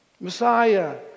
Messiah